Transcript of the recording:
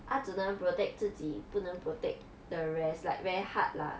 ah 只能 protect 自己不能 protect the rest like very hard lah